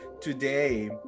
today